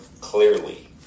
clearly